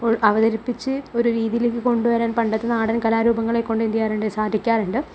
ഉള് അവതരിപ്പിച്ച് ഒരു രീതിയിലേക്ക് കൊണ്ടുവരാന് പണ്ടത്തെ നാടന് കലാരൂപങ്ങളെക്കൊണ്ട് എന്ത് ചെയ്യാറുണ്ട് സാധിക്കാറുണ്ട്